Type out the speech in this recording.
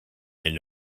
and